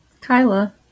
Kyla